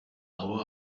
hour